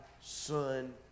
Son